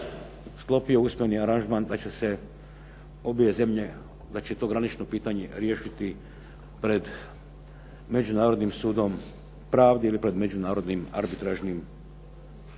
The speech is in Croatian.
sklopio usmeni aranžman da će se obje zemlje, da će to pitanje riješiti pred Međunarodnim sudom pravde ili pred međunarodnim arbitražnim tijelom.